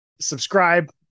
Subscribe